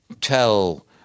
tell